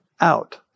out